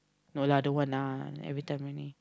no lah don't want lah everytime only